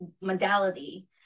modality